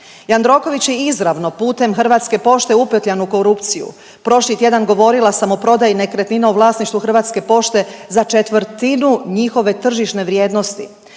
Jandroković je izravno putem Hrvatske pošte upetljan u korupciju. Prošli tjedan govorila sam o prodaji nekretnina u vlasništvu Hrvatske pošte za četvrtinu njihove tržišne vrijednosti.